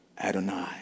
Adonai